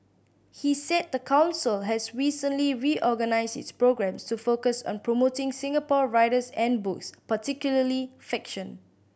he said the council has recently reorganised its programmes to focus on promoting Singapore writers and books particularly fiction